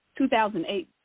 2008